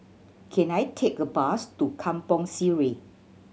can I take a bus to Kampong Sireh